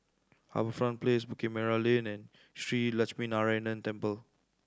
HarbourFront Place Bukit Merah Lane and Shree Lakshminarayanan Temple